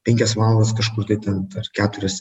penkias valandas kažkur tai ten ar keturias